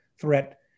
threat